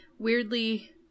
weirdly